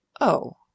Oh